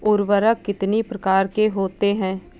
उर्वरक कितनी प्रकार के होते हैं?